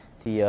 thì